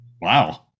Wow